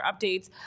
updates